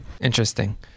Interesting